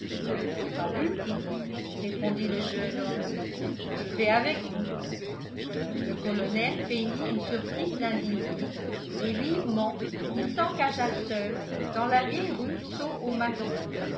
pas du tout répondit le jeune homme je vais avec vous le colonel feignit une surprise indignée et vivement il s'engagea seul dans la vieille rue